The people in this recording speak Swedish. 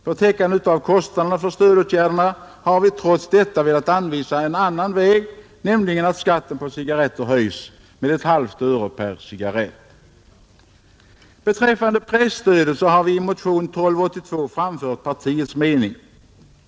För täckande av kostnaderna för stödåtgärderna har vi trots detta velat anvisa en annan väg, nämligen att skatten på cigarretter höjs med ett halvt öre per cigarrett. Beträffande presstödet har vi i motionen 1282 framfört partiets mening.